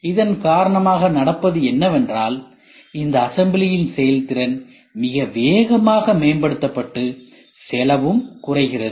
இதன் காரணமாக நடப்பது என்னவென்றால் இந்த அசெம்பிளியின் செயல்திறன் மிக வேகமாக மேம்படுத்தப்பட்டு செலவும் குறைகிறது